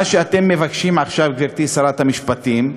מה שאתם מבקשים עכשיו, גברתי שרת המשפטים,